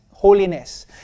Holiness